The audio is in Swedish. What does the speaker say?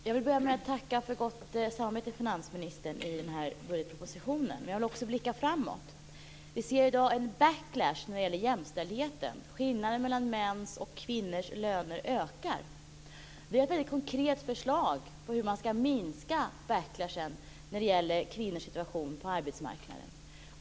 Fru talman! Jag vill börja med att tacka finansministern för ett gott samarbete i samband med den här budgetpropositionen. Men jag vill också blicka framåt. I dag ser vi en backlash när det gäller jämställdheten. Skillnaden mellan mäns och kvinnors löner ökar. Vi har ett konkret förslag till hur denna backlash ska minskas när det gäller kvinnors situation på arbetsmarknaden.